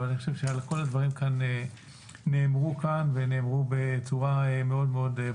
אבל אני חושב שעל כל הדברים האלה נאמר ובצורה מאוד ברורה.